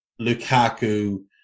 Lukaku